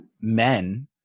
men